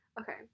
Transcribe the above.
okay